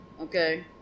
Okay